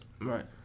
Right